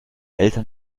eltern